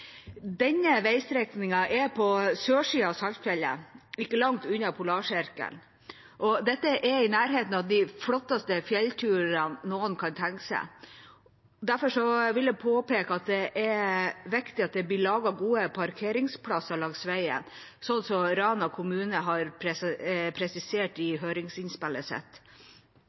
Denne veistrekningen er på sørsiden av Saltfjellet, ikke langt unna polarsirkelen. Dette er i nærheten av de flotteste fjellturene noen kan tenke seg. Derfor vil jeg påpeke at det er viktig at det blir laget gode parkeringsplasser langs veien, noe Rana kommune har presisert i høringsinnspillet sitt.